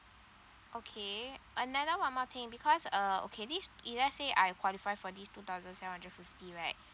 okay another one more thing because uh okay this if let's say I qualify for this two thousands seven hundred fifty right